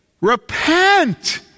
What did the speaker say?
repent